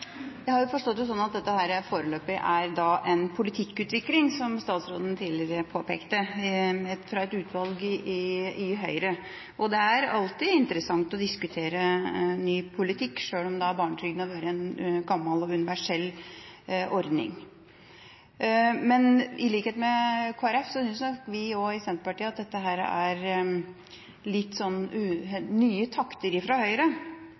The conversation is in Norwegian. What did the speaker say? har forstått det sånn at dette foreløpig er politikkutvikling, som statsråden tidligere påpekte – fra et utvalg i Høyre. Det er alltid interessant å diskutere ny politikk, sjøl om barnetrygden har vært en gammel og universell ordning. Men i likhet med Kristelig Folkeparti syns nok også vi i Senterpartiet at dette er litt nye takter fra Høyre,